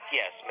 yes